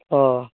ও